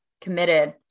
committed